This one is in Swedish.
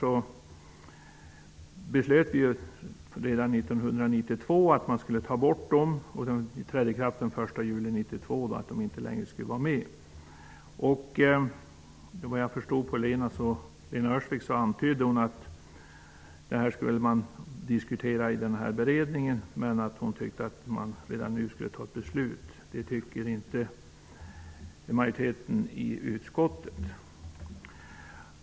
Vi beslöt redan 1992 att man skulle ta bort dem. Det beslutet trädde i kraft den 1 juli 1992. Lena Öhrsvik antydde att man skulle diskutera detta i den föreslagna beredningen. Men hon tyckte att man redan nu skulle fatta beslut. Det tycker inte majoriteten i utskottet.